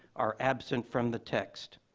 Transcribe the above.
are absent from the text.